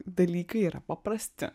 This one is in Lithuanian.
dalykai yra paprasti